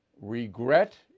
regret